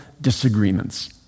disagreements